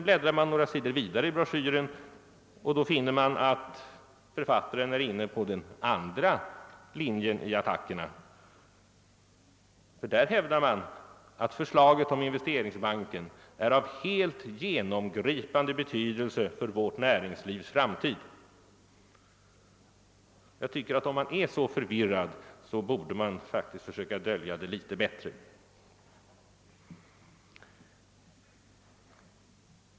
Bläddrar man några sidor vidare i broschyren, finner man att författaren där är inne på den andra linjen i attackerna. Där hävdas nämligen, att »förslaget» »är av helt genomgripande betydelse för vårt näringslivs framtid». Om man är så förvirrad, så borde man faktiskt försöka dölja det litet bättre!